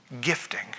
gifting